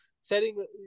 setting